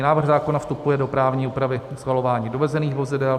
Návrh zákona vstupuje do právní úpravy schvalování dovozených vozidel.